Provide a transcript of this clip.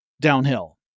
downhill